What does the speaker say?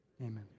amen